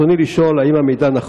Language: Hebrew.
אנחנו היום, עד הדלקת הנרות,